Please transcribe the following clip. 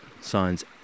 signs